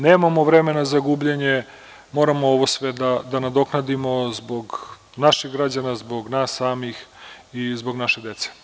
Nemamo vremena za gubljenje, moramo ovo sve da nadoknadimo zbog naših građana, zbog nas samih i zbog naše dece.